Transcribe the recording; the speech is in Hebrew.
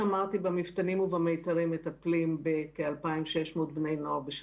במסגרות של שירות נוצ"ץ יש כ-30,000 בני נוער,